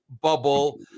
bubble